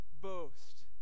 boast